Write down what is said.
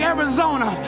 Arizona